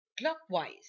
clockwise